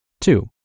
Two